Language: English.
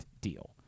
deal